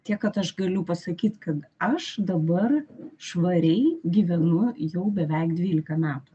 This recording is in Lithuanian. tiek kad aš galiu pasakyt kad aš dabar švariai gyvenu jau beveik dvylika metų